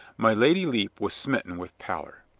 my lady lepe was smitten with pallor.